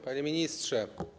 Panie Ministrze!